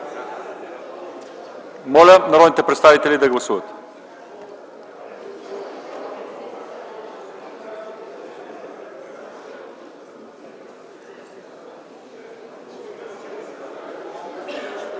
Моля народните представители да гласуват.